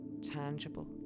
tangible